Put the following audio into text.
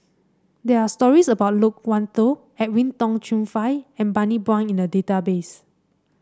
there are stories about Loke Wan Tho Edwin Tong Chun Fai and Bani Buang in the database